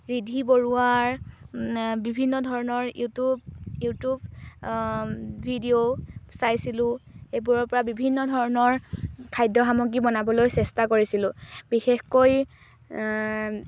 ৰিধি বৰুৱাৰ বিভিন্ন ধৰণৰ ইউটিউব ইউটিউব ভিডিঅ' চাইছিলোঁ এইবোৰৰ পৰা বিভিন্ন ধৰণৰ খাদ্য সামগ্ৰী বনাবলৈ চেষ্টা কৰিছিলোঁ বিশেষকৈ